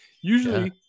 Usually